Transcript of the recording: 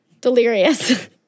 delirious